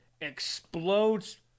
Explodes